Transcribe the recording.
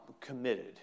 committed